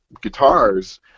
guitars